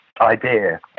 idea